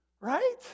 Right